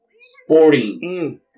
sporting